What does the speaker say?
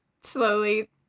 slowly